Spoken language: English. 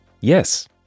yes